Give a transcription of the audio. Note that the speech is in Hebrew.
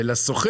ומצד שני,